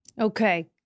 Okay